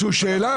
בהם.